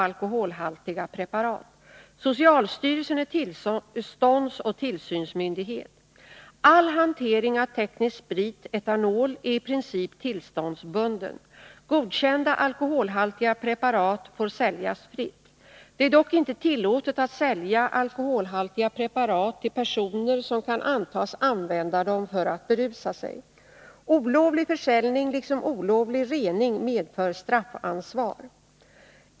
All hantering av teknisk sprit, etanol, är i princip tillståndsbunden. Godkända alkoholhaltiga preparat får säljas fritt. Det är dock inte tillåtet att sälja alkoholhaltiga preparat till personer som kan antas använda dem för att berusa sig. Olovlig försäljning liksom olovlig rening medför straffansvar.